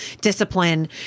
discipline